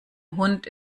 hund